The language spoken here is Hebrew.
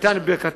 שנתנה את ברכתה,